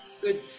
good